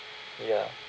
ya